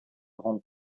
grande